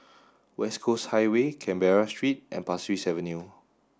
West Coast Highway Canberra Street and Pasir Ris Avenue